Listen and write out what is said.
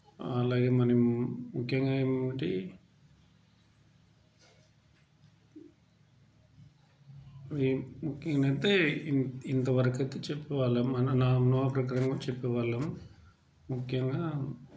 అలాగే మనము ముఖ్యంగా ఏమిటి ఏ ముఖ్యంగా అయితే ఇంతవరకు అయితే చెప్పుకోగలం మనం మన చెప్పుకోగలం ముఖ్యంగా